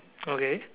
mm okay